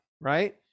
right